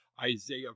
Isaiah